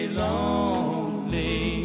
lonely